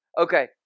Okay